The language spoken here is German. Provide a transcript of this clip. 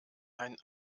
ein